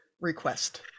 request